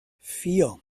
vier